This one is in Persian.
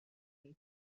شرکت